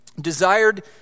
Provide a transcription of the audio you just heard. desired